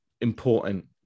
important